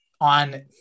On